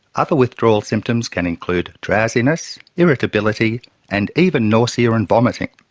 other withdrawal symptoms can include drowsiness, irritability and even nausea and vomiting.